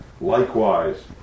Likewise